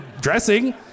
dressing